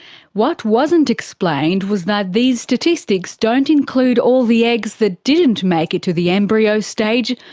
what wasn't explained was that these statistics don't include all the eggs that didn't make it to the embryo stage,